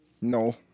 No